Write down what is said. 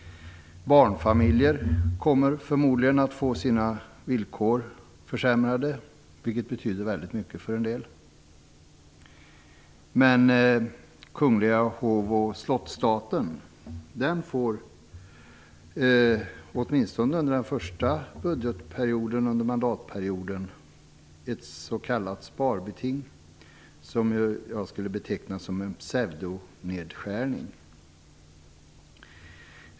Barnfamiljer kommer förmodligen att få sina villkor försämrade, vilket betyder väldigt mycket för en del. Men Kungliga hov och slottsstaten får åtminstone under den första budgetperioden under mandatperioden ett s.k. sparbeting som jag skulle beteckna som en pseudonedskärning.